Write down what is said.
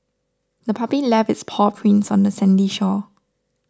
the puppy left its paw prints on the sandy shore